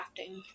crafting